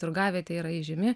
turgavietė yra įžymi